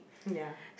ya